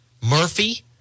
Murphy